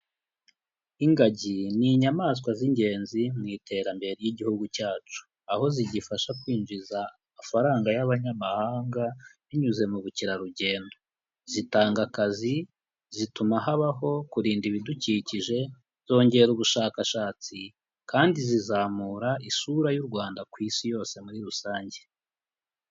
Ingagi ni inyamaswa z'ingenzi mu iterambere ry'igihugu cyacu, aho zigifasha kwinjiza amafaranga y'abanyamahanga binyuze mu bukerarugendo, zitanga akazi, zituma habaho kurinda ibidukikije, zongera ubushakashatsi kandi zizamura isura y'u Rwanda ku isi yose muri rusange.